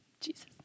Jesus